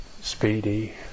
speedy